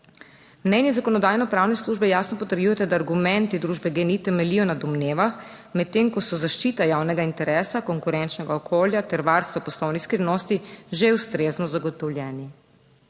Mnenje Zakonodajno-pravne službe jasno potrjuje, da argumenti družbe GEN-I temeljijo na domnevah, medtem ko so zaščita javnega interesa, konkurenčnega okolja ter varstvo poslovnih skrivnosti že ustrezno zagotovljeni.